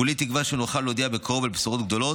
כולי תקווה שנוכל להודיע בקרוב על בשורות גדולות,